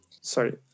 Sorry